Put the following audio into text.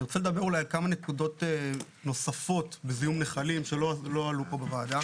אני רוצה לדבר אולי כמה נקודות נוספות בזיהום נחלים שלא עלו פה בוועדה.